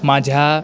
माझ्या